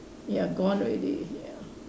ya gone already ya